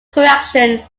correction